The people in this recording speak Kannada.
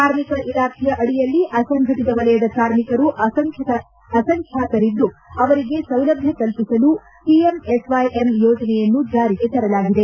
ಕಾರ್ಮಿಕ ಲಾಖೆಯ ಅಡಿಯಲ್ಲಿ ಅಸಂಘಟಿತ ವಲಯದ ಕಾರ್ಮಿಕರು ಅಸಂಖ್ಯಾತರಿದ್ದು ಅವರಿಗೆ ಸೌಲಭ್ಯ ಕಲ್ಪಿಸಲು P M S Y M ಯೋಜನೆಯನ್ನು ಜಾರಿಗೆ ತರಲಾಗಿದೆ